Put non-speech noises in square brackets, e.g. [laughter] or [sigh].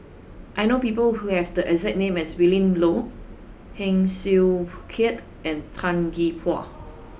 I know people who have the exact name as Willin Low Heng Swee [hesitation] Keat and Tan Gee Paw